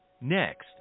Next